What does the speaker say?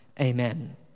Amen